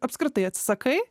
apskritai atsisakai